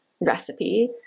recipe